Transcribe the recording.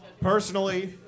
Personally